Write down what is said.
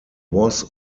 was